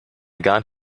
got